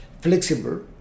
flexible